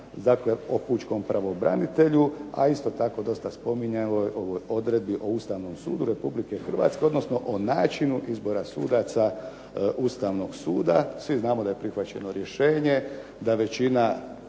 dakle, o Pučkom pravobranitelju, a isto tako dosta spominjanoj odredbi o Ustavnom sudu Republike Hrvatske odnosno o načinu izbora sudaca Ustavnog suda. Svi znamo da je prihvaćeno rješenje, da saborska